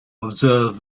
observe